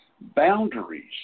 Boundaries